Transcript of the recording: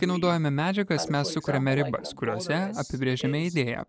kai naudojame medžiagas mes sukuriame ribas kuriose apibrėžime idėją